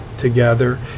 Together